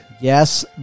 Yes